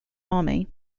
army